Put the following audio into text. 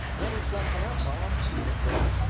better slacken up, bob, said bert.